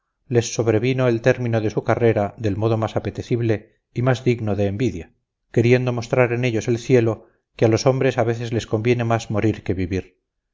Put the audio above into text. les sobrevino el término de su carrera del modo más apetecible y más digno de envidia queriendo mostrar en ellos el cielo que a los hombres a veces les conviene más morir que vivir